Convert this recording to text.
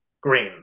green